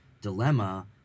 dilemma